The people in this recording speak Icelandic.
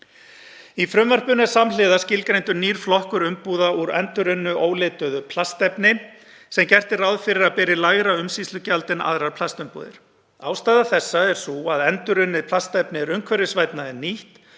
Í frumvarpinu er samhliða skilgreindur nýr flokkur umbúða úr endurunnu, ólituðu plastefni, sem gert er ráð fyrir að beri lægra umsýslugjald en aðrar plastumbúðir. Ástæða þessa er sú að endurunnið plastefni er umhverfisvænna en nýtt